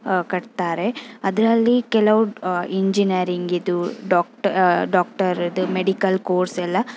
ಕಟ್ತಾರೆ ಅದರಲ್ಲಿ ಕೆಲವರು ಇಂಜೀನೀರಿಂಗಿದು ಡಾಕ್ಟ ಡಾಕ್ಟರದು ಮೆಡಿಕಲ್ ಕೋರ್ಸ್ ಎಲ್ಲ